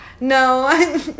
no